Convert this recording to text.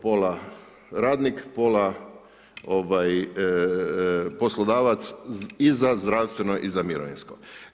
Pola radnik pola poslodavac i za zdravstveno i za mirovinsko.